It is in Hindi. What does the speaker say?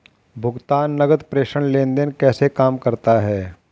भुगतान नकद प्रेषण लेनदेन कैसे काम करता है?